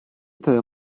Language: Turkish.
tarafı